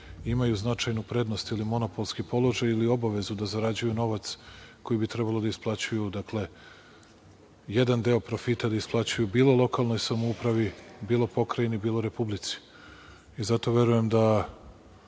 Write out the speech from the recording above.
imaju značajnu prednost ili monopolski položaj, ili obavezu da zarađuju novac koji bi trebalo da isplaćuju. Dakle, jedan deo profita da isplaćuju bilo lokalnoj samoupravi, bilo pokrajini bilo Republici. Zato verujem da